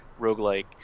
roguelike